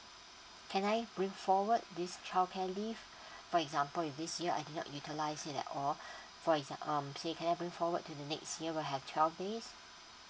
can I bring forward this childcare leave for example if this year I did not utilise it at all for exam~ um say can I bring forward to the next year we'll have twelve days